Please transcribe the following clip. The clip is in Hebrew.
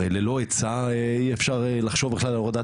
הרי ללא היצע אי אפשר לחשוב בכלל על הורדת